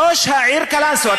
ראש העיר קלנסואה,